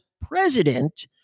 President